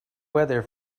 weather